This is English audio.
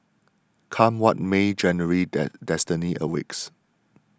come what may January's den destiny a weeks